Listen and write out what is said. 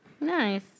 Nice